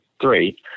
three